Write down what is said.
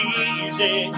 easy